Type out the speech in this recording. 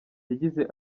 yagize